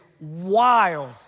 wild